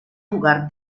jugar